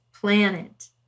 planet